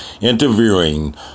interviewing